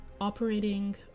operating